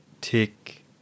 tick